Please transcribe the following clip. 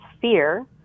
fear